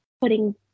putting